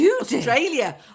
Australia